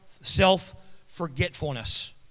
self-forgetfulness